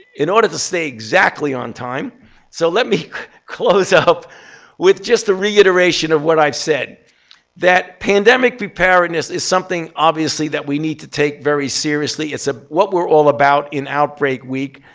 in order to stay exactly on time so let me close up with just a reiteration of what i've said that pandemic preparedness is something, obviously, that we need to take very seriously. it's ah what we're all about in outbreak week.